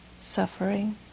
suffering